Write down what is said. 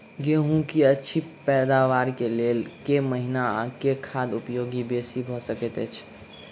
गेंहूँ की अछि पैदावार केँ लेल केँ महीना आ केँ खाद उपयोगी बेसी भऽ सकैत अछि?